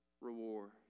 reward